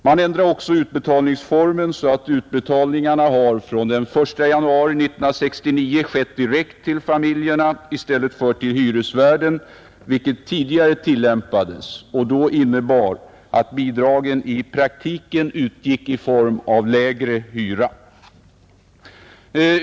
Man ändrade också utbetalningsformen, så att utbetalningarna från den 1 januari 1969 skett direkt till familjerna i stället för till hyresvärden, vilket tidigare tillämpades och då innebar att bidragen i praktiken utgick i form av lägre hyra.